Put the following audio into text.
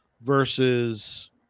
versus